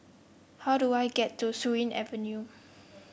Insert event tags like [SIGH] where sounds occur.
how do I get to Surin Avenue [NOISE]